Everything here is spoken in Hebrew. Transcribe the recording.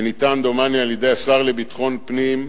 שניתנה, דומני, על-ידי השר לביטחון פנים,